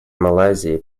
малайзии